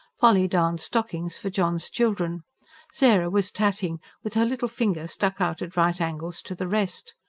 polly darned stockings, for john's children sarah was tatting, with her little finger stuck out at right angles to the rest.